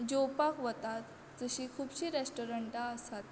जेवपाक वतात जशीं खुबशीं रेस्टॉरंटां आसात